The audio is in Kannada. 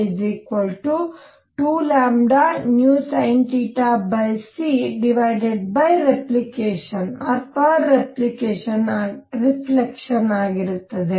ಇದು λ2λvsinθcರೆಫ್ಲೇಕ್ಶನ್ ಆಗಲಿದೆ